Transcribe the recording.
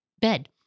Bed